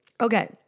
Okay